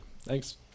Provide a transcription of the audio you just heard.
Thanks